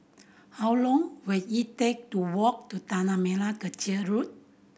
how long will it take to walk to Tanah Merah Kechil Road